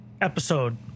episode